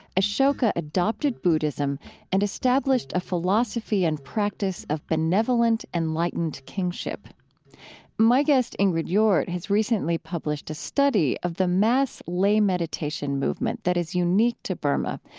ashoka adopted buddhism and established a philosophy and practice of benevolent, enlightened kingship my guest, ingrid jordt, has recently published a study of the mass lay meditation movement that is unique to burma,